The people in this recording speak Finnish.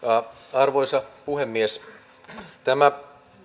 arvoisa puhemies tämä